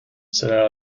said